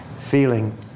feeling